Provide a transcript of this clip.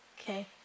Okay